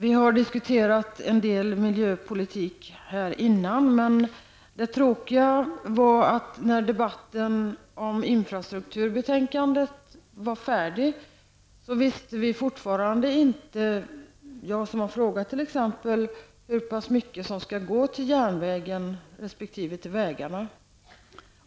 En del miljöpolitiska frågor har redan tagits upp här. Det tråkiga är bara att det, även nu när debatten om det betänkande som handlar om infrastrukturen är avslutad, är lika oklart hur det förhåller sig. Jag har t.ex. frågat hur pass mycket som skall gå till järnvägen resp. vägarna.